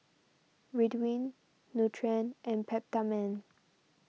Ridwind Nutren and Peptamen